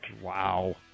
Wow